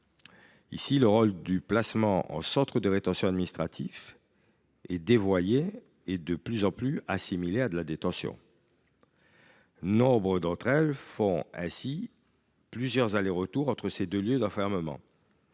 le rôle du placement en centre de rétention administratif est dévoyé et de plus en plus assimilé à de la détention. Nombreux sont ceux qui font ainsi plusieurs allers retours entre ces deux lieux d’enfermement